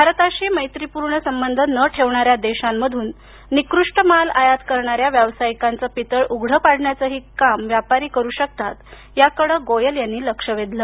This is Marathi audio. भारताशी मैत्रीपूर्ण संबंध न ठेवणाऱ्या देशांमधून निकृष्ट माल आयात करणाऱ्या व्यवसायिकांचं पितळ उघडं पाडण्याचंही काम व्यापारी करु शकतात याकडे गोयल यांनी लक्ष वेधलं